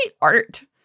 art